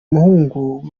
muhungu